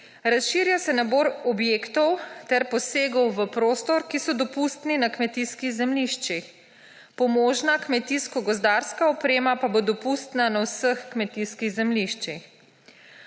Razširja se nabor objektov ter posegov v prostor, ki so dopustni na kmetijskih zemljiščih. Pomožna kmetijsko-gozdarska oprema pa bo dopustna na vseh kmetijskih zemljiščih.